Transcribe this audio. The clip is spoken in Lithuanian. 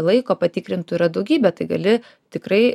laiko patikrintų yra daugybė tai gali tikrai